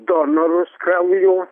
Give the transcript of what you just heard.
donorus kraujo